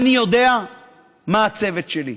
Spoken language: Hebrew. אני יודע מה הצוות שלי,